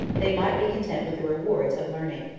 they might be content with the rewards, of learning.